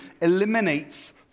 eliminates